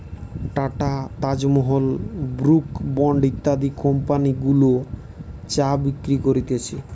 tata, Taj Mahal, Brooke Bond ইত্যাদি company গুলা চা বিক্রি করতিছে